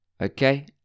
Okay